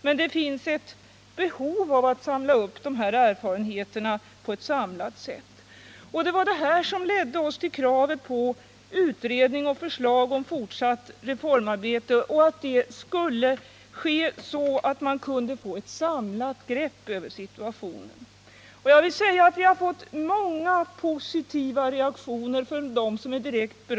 Men det finns ett behov av att samla upp dessa erfarenheter, och det var detta som föranledde oss att ställa kravet på utredning och förslag om fortsatt reformarbete liksom på att detta skulle ske så att man kunde få ett samlat grepp över situationen. Jag vill också säga att vi har fått många positiva reaktioner från dem som är direkt berörda.